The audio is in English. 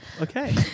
Okay